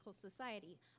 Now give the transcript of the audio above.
society